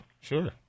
sure